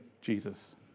Jesus